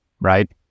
right